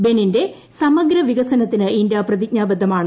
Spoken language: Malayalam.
ബെനിന്റെ സമഗ്ര വികസനത്തിന് ഇന്ത്യ പ്രതിജ്ഞാബദ്ധമാണ്